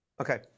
Okay